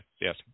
Yes